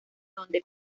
donde